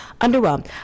Underwhelmed